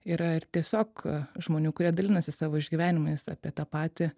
yra ir tiesiog žmonių kurie dalinasi savo išgyvenimais apie tą patį